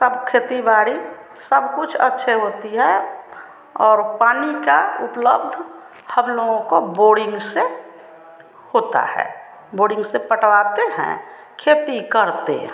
तब खेती बाड़ी सब कुछ अच्छे होती है और पानी का उपलब्ध हम लोगों को बोरिंग से होता है बोरिंग से पटवाते हैं खेती करते हैं